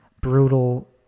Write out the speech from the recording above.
brutal